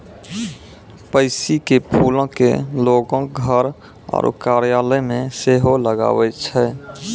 pansy के फूलो के लोगें घर आरु कार्यालय मे सेहो लगाबै छै